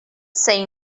say